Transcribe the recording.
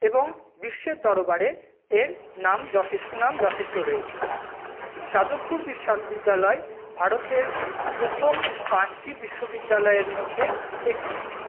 এবং বিশ্বের দরবারে এর নাম যথেষ সুনাম যথেষ্ট রয়েছে যাদবপুর বিশ্ববিদ্যালয় ভারতের প্রথম পাঁচটি বিশ্ববিদ্যালয়ের মধ্যে একটি